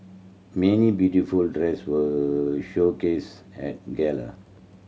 many beautiful dress were showcased at gala